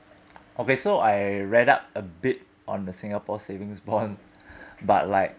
okay so I read up a bit on the singapore savings bond but like